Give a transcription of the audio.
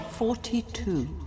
Forty-two